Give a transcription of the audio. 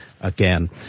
again